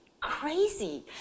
crazy